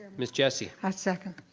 miss jessie? i second.